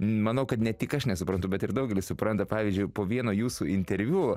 manau kad ne tik aš nesuprantu bet ir daugelis supranta pavyzdžiui po vieno jūsų interviu